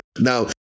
now